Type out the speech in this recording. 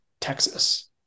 Texas